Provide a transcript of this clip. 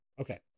Okay